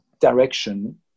direction